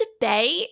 debate